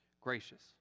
Gracious